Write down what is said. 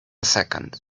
second